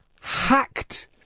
hacked